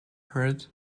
heard